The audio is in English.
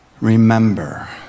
Remember